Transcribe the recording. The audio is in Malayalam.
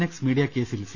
എക്സ് മീഡിയ കേസിൽ സി